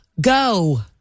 Go